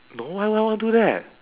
no why would I want do that